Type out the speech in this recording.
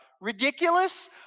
Ridiculous